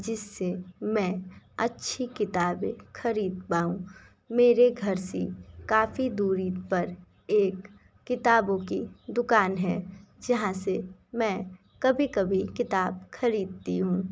जिससे मैं अच्छी किताबें खरीद पाऊँ मेरे घर से काफ़ी दूरी पर एक किताबों की दुकान है जहाँ से मैं कभी कभी किताब खरीदती हूँ